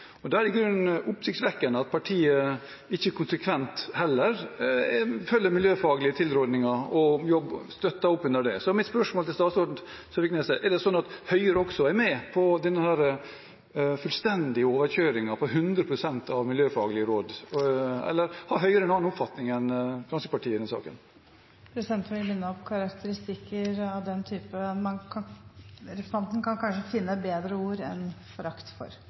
Da er det i grunnen oppsiktsvekkende at partiet ikke konsekvent følger miljøfaglige tilrådninger og støtter opp om det. Så mitt spørsmål til statsråd Søviknes er: Er det sånn at Høyre også er med på denne fullstendige overkjøringen av 100 pst. av de miljøfaglige rådene, eller har Høyre en annen oppfatning enn Fremskrittspartiet i denne saken? Presidenten vil minne om at representanten kanskje kan finne bedre ord enn «forakt for».